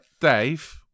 Dave